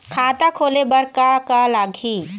खाता खोले बर का का लगही?